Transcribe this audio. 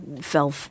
fell